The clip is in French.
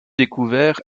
découvert